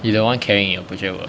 you the one carrying your project work